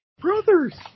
Brothers